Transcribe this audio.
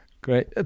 great